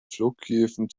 flughäfen